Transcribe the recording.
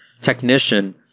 technician